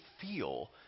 feel